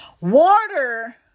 water